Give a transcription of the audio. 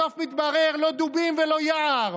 בסוף מתברר, לא דובים ולא יער.